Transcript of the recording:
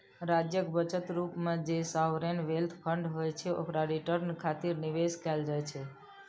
राज्यक बचत रूप मे जे सॉवरेन वेल्थ फंड होइ छै, ओकरा रिटर्न खातिर निवेश कैल जाइ छै